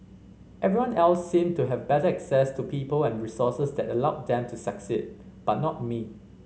everyone else seemed to have better access to people and resources that allowed them to succeed but not me